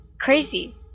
crazy